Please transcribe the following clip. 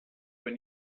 when